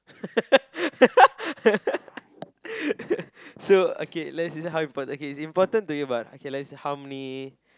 so okay let's see see how important okay it's important to you but okay let's see how many